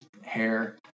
hair